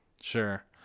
Sure